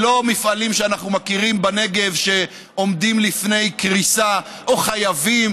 היא לא מפעלים שאנחנו מכירים בנגב שעומדים לפני קריסה או חייבים,